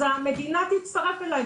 אז המדינה תצטרף אליי.